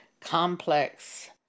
complex